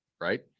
right